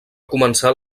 començar